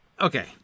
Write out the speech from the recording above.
Okay